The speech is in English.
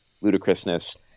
ludicrousness